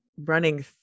running